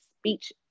speech